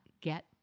get